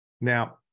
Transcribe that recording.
Now